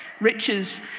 Riches